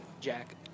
Jack